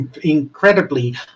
incredibly